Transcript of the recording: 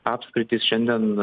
apskritys šiandien